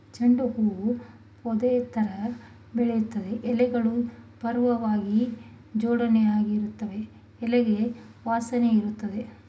ಚೆಂಡು ಹೂ ಪೊದೆತರ ಬೆಳಿತದೆ ಎಲೆಗಳು ಪರ್ಯಾಯ್ವಾಗಿ ಜೋಡಣೆಯಾಗಿರ್ತವೆ ಎಲೆಗೆ ವಾಸನೆಯಿರ್ತದೆ